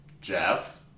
Jeff